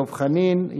דב חנין,